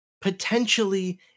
potentially